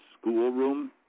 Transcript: schoolroom